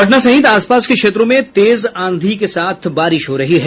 पटना सहित आस पास के क्षेत्रों में तेज आंधी के साथ बारिश हो रही है